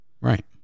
Right